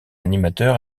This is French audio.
animateur